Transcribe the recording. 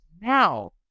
now